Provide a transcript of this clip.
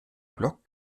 block